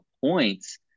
points